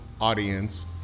Audience